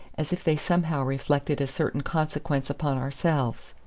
as if they somehow reflected a certain consequence upon ourselves.